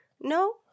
No